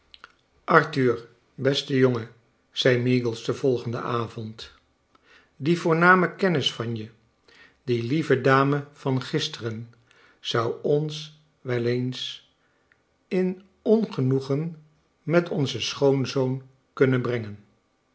arthur beste jongen zei meagles den volgenden avond die voorname kennis van je die lieve dame van gisteren zou ons wel eens in ongenoegen met onzen schoonzoon kunnen brengen